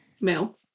male